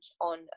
on